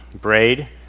braid